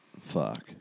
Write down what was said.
Fuck